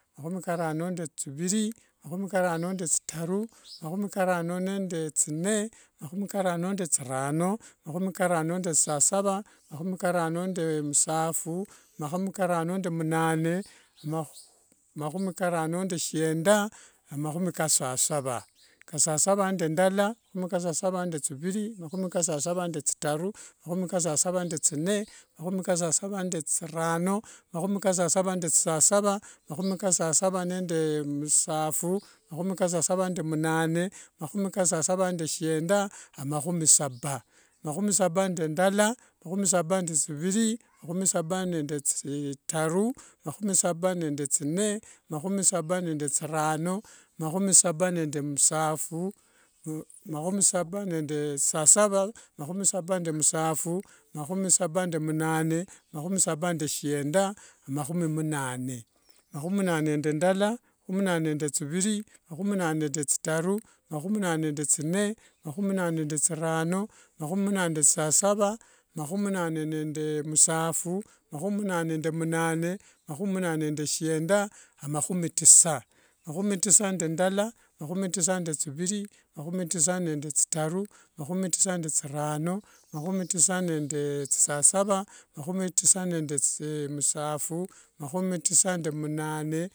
Makhumi karano nende thiviri, makhumi karano nende thutaru makhumi karano nende thirano, makhumi karano nende thisasasava, makhumi karano nende musaphu, makhumi karano nende munane, makhumi karano ndeshienda, emakhumi kesasava, kesasava ndendala, kesasava nde thiviri, makhumi kesasava nde thidaru, makhumi kesasava nde thine makhumi kesasava nde thirano, makhumi kesasava nde musaphu, makhumi kesasava nde munane, makhumi kesasava nde shienda, amakhumi saba. makhumi saba nde ndala, makhumi saba nde thiviri, makhumi saba nde thi taru, makhumi saba nde thirano, makhumi saba nde musaphu, makhumi saba nde kesasava makhumi saba nde munane, makhumi saba nde shienda makhumi munane. makhumi munane, makhumi munane nende ndala, makhumi munane nende thiviri, makhumi munane nende thitaru makhumi munane nende thine, makhumi munane nende thirano, makhumi munane nende thisasasava, makhumi munane nende musaphu, makhumi munane nende tisa, makhumi tisa. Makhumi tisa nende ndala makhumi tisa nende thiviri makhumi tisa nende thitaru makhumi tisa nende thirano makhumi tisa, makhumi tisa nende musasasava, makhumi tisa nende musaphu, makhumi tisa nende munane.